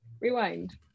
rewind